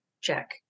check